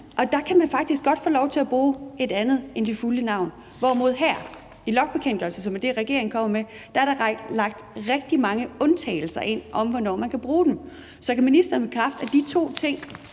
og der kan man faktisk godt få lov til at bruge andet end det fulde navn, hvorimod der her, i logningsbekendtgørelsen, som er det, regeringen kommer med her, er lagt rigtig mange undtagelser ind om, hvornår man kan bruge den. Så kan ministeren bekræfte, at de to,